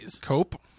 Cope